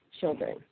children